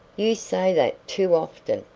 you say that too often,